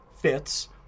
fits